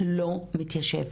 לא מתיישב.